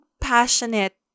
passionate